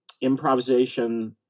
improvisation